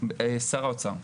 שר האוצר.